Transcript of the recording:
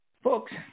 Folks